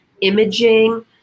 imaging